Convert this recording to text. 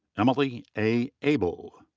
emily a. able.